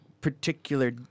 particular